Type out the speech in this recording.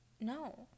no